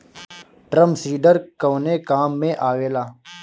Drum seeder कवने काम में आवेला?